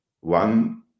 one